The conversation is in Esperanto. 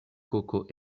koko